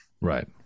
Right